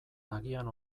agian